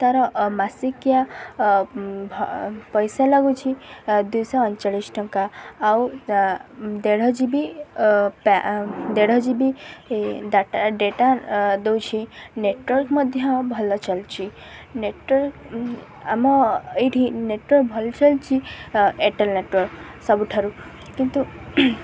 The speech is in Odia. ର ମାସିକିଆ ପଇସା ଲାଗୁଛି ଦୁଇଶହ ଅଣଚାଳିଶ ଟଙ୍କା ଆଉ ଦେଢ଼ ଜି ବି ଦେଢ଼ ଜି ବି ଡାଟା ଡାଟା ଦେଉଛି ନେଟୱାର୍କ୍ ମଧ୍ୟ ଭଲ ଚାଲିଛି ନେଟୱାର୍କ୍ ଆମ ଏଇଠି ନେଟୱାର୍କ୍ ଭଲ ଚାଲିଛି ଏୟାରଟେଲ୍ ନେଟୱାର୍କ୍ ସବୁଠାରୁ କିନ୍ତୁ